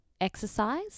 exercise